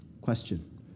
Question